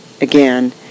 again